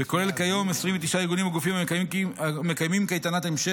וכולל כיום 29 ארגונים או גופים המקיימים קייטנת המשך,